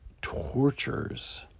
tortures